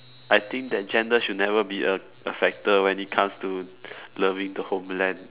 I think that gender should never be a factor when it comes to loving the homeland